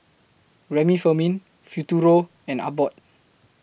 Remifemin Futuro and Abbott